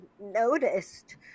noticed